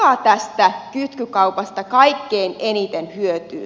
kuka tästä kytkykaupasta kaikkein eniten hyötyy